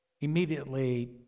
immediately